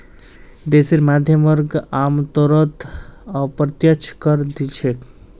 देशेर मध्यम वर्ग आमतौरत अप्रत्यक्ष कर दि छेक